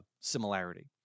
similarity